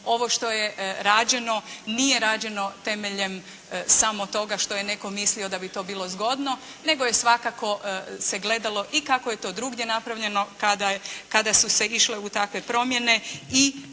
ovo što je rađeno nije rađeno temeljem samo toga što je netko mislio da bi to bilo zgodno nego je svakako se gledalo i kako je to drugdje napravljeno kada su se išle u takve promjene i